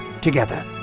together